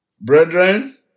Brethren